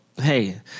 hey